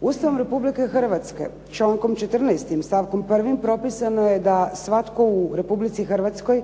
Ustavom Republike Hrvatske člankom 14., stavkom 1. propisano je da svatko u Republici Hrvatskoj